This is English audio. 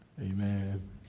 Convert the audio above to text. Amen